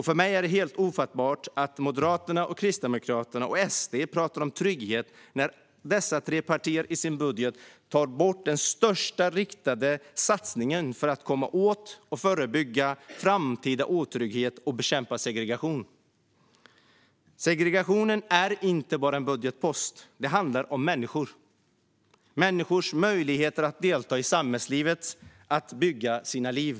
För mig är det helt ofattbart att dessa partier talar om trygghet när de i sin budget tar bort den största riktade satsningen för att komma åt och förebygga framtida otrygghet och bekämpa segregation. Segregation är inte bara en budgetpost. Det handlar om människor och deras möjligheter att delta i samhällslivet och att bygga sina liv.